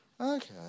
Okay